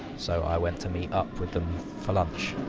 so i went to meet up with them for lunch.